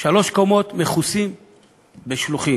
שלוש קומות מכוסות בשלוחים.